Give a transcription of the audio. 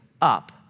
up